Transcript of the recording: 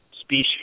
species